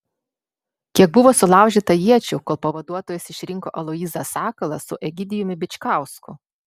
kiek buvo sulaužyta iečių kol pavaduotojas išrinko aloyzą sakalą su egidijumi bičkausku